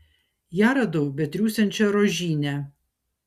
ją radau betriūsiančią rožyne